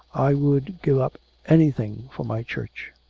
i would give up anything for my church.